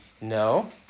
No